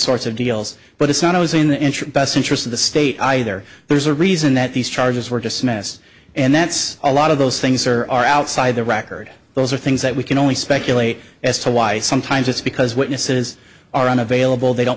sorts of deals but it's not i was in the interim best interest of the state either there's a reason that these charges were dismissed and that's a lot of those things or are outside the record those are things that we can only speculate as to why sometimes it's because witnesses are unavailable they don't